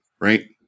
right